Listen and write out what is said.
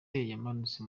yamanutse